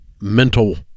mental